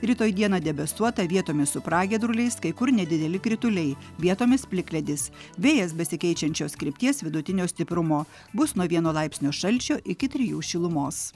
rytoj dieną debesuota vietomis su pragiedruliais kai kur nedideli krituliai vietomis plikledis vėjas besikeičiančios krypties vidutinio stiprumo bus nuo vieno laipsnio šalčio iki trijų šilumos